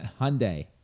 Hyundai